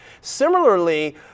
Similarly